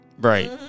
Right